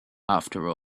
after